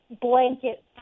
blanket